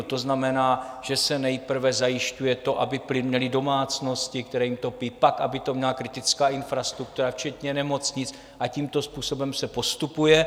To znamená, že se nejprve zajišťuje to, aby plyn měly domácností, které jím topí, pak aby to měla kritická infrastruktura včetně nemocnic, a tímto způsobem se postupuje.